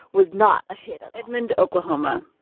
was not a hit edmond, oklahoma.